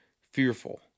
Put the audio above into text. fearful